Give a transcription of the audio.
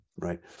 Right